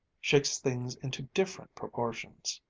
shakes things into different proportions.